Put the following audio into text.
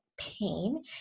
pain